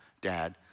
Dad